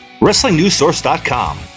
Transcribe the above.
WrestlingNewsSource.com